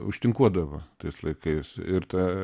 užtinkuodavo tais laikais ir tą